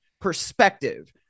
perspective